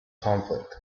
conflict